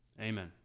Amen